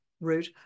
route